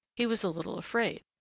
he was a little afraid.